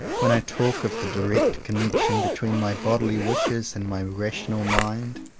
when i talk of the direct connection between my bodily wishes and my rational mind.